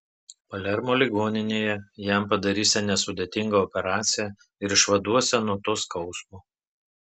palermo ligoninėje jam padarysią nesudėtingą operaciją ir išvaduosią nuo to skausmo